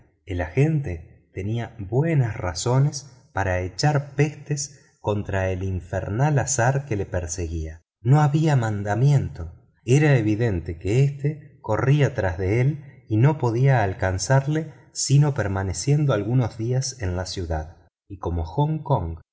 el agente tenía buenas razones para echar pestes contra el infernal azar que lo perseguía no había mandamiento era evidente que éste corría tras de él y no podía alcanzarlo sino permaneciendo algunos días en la ciudad y como hong kong